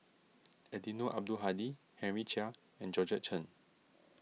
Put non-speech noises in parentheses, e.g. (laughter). (noise) Eddino Abdul Hadi Henry Chia and Georgette Chen